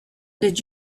did